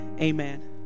amen